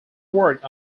worked